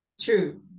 true